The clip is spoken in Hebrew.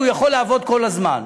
והוא יכול לעבוד כל הזמן.